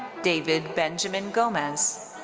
david benjamin gomez.